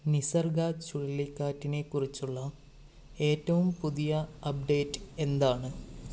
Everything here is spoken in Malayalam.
നിസർഗ ചുഴലിക്കാറ്റിനെ കുറിച്ചുള്ള ഏറ്റവും പുതിയ അപ്ഡേറ്റ് എന്താണ്